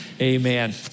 Amen